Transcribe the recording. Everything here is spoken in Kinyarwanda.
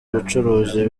ubucuruzi